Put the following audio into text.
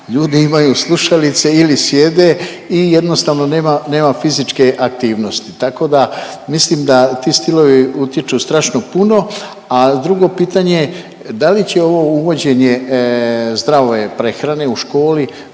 ljudi imaju slušalice ili sjede i jednostavno nema, nema fizičke aktivnosti, tako da mislim da ti stilovi utječu strašno puno. A drugo pitanje je da li će ovo uvođenje zdrave prehrane u školi